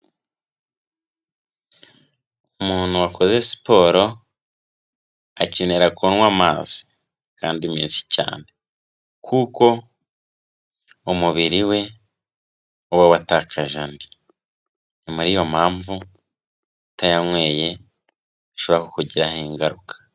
Umuntu wakoze siporo akenera kunywa amazi kandi menshi cyane. Kuko umubiri we uba watakaje andi. Nyuma y'iyo mpamvu utanyanyweye bishobora kukugiraho ingaruka.